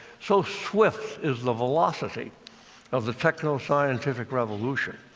so swift is the velocity of the techno-scientific revolution,